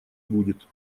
будет